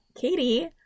Katie